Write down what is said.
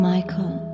Michael